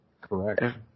Correct